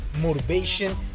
motivation